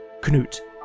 Knut